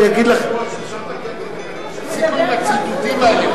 אפשר לבקש שיפסיקו עם הציטוטים האלה.